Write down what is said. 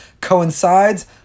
coincides